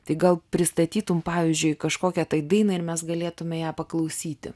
tai gal pristatytum pavyzdžiui kažkokią tai dainą ir mes galėtume ją paklausyti